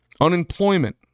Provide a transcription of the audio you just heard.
unemployment